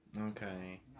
okay